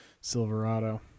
Silverado